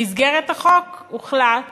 במסגרת החוק הוחלט